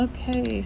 Okay